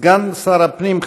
סגן שר הפנים,